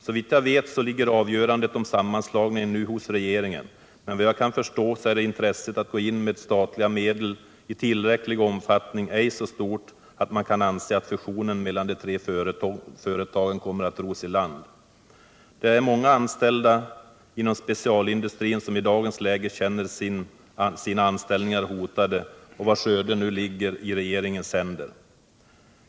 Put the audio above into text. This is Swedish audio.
Såvitt jag vet ligger avgörandet om sammanslagningen nu hos regeringen. Men vad jag kan förstå, så är intresset för att gå in med statliga medel i tillräcklig omfattning ej så stort att man kan anse att fusionen mellan de tre företagen kommer att ros i land. Det är många anställda inom specialstålindustrin som i dagens läge känner sina anställningar hotade och vars öde nu ligger i regeringens händer.